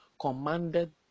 commanded